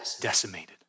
decimated